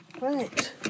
Right